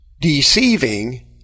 deceiving